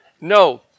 No